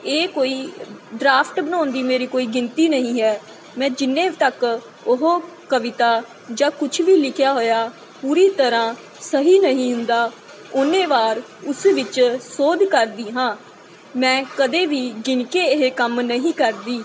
ਇਹ ਕੋਈ ਡਰਾਫਟ ਬਣਾਉਣ ਦੀ ਮੇਰੀ ਕੋਈ ਗਿਣਤੀ ਨਹੀਂ ਹੈ ਮੈਂ ਜਿੰਨੇ ਤੱਕ ਉਹ ਕਵਿਤਾ ਜਾਂ ਕੁਛ ਵੀ ਲਿਖਿਆ ਹੋਇਆ ਪੂਰੀ ਤਰ੍ਹਾਂ ਸਹੀ ਨਹੀਂ ਹੁੰਦਾ ਉਨੀ ਵਾਰ ਉਸ ਵਿੱਚ ਸੋਧ ਕਰਦੀ ਹਾਂ ਮੈਂ ਕਦੇ ਵੀ ਗਿਣ ਕੇ ਇਹ ਕੰਮ ਨਹੀਂ ਕਰਦੀ